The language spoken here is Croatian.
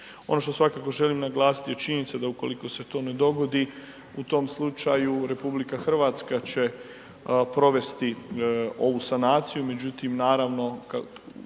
Ono što svakako želim naglasiti je činjenica da ukoliko se to ne dogodi u tom slučaju RH će provesti ovu sanaciju, međutim naravno